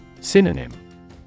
Synonym